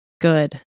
good